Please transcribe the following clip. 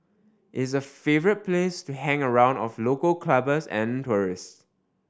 is a favourite place to hang around of local clubbers and tourists